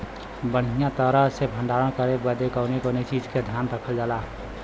बढ़ियां तरह से भण्डारण करे बदे कवने कवने चीज़ को ध्यान रखल जा?